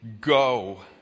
go